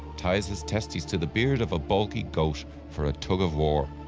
ties his testies to the beard of a balky goat for a tug-of-war.